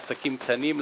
לעסקים קטנים,